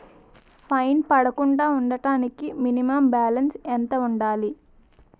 Fine పడకుండా ఉండటానికి minimum balance ఎంత ఉండాలి?